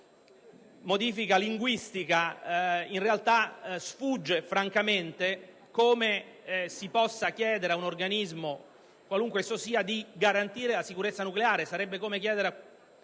una modifica linguistica, ma in realtà sfugge francamente come si possa chiedere ad un organismo, qualunque esso sia, di garantire la sicurezza nucleare;